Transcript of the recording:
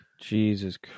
Jesus